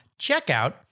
checkout